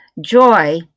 joy